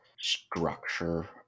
structure